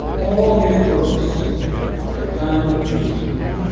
all his works are done in truth.